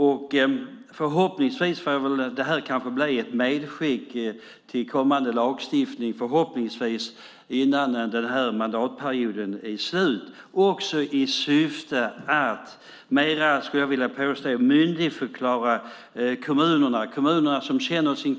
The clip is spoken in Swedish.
Kanske blir detta ett medskick till den lagstiftning som förhoppningsvis kommer innan den här mandatperioden är slut, också i syfte att myndigförklara kommunerna, skulle jag vilja påstå.